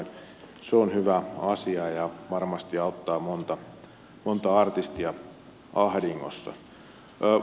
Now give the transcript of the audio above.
se on hyvä asia ja varmasti auttaa montaa artistia ahdingossa